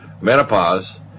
menopause